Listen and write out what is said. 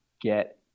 get